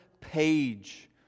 page